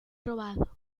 robado